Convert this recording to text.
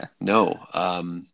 No